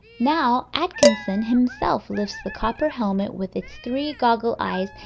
now atkinson himself lifts the copper helmet with its three goggle-eyes,